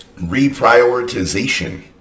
Reprioritization